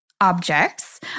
objects